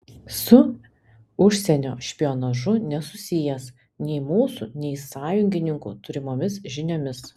su užsienio špionažu nesusijęs nei mūsų nei sąjungininkų turimomis žiniomis